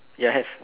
ya have